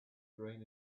green